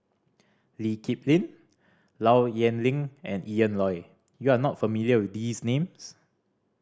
Lee Kip Lin Low Yen Ling and Ian Loy you are not familiar with these names